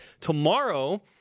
tomorrow